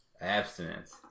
abstinence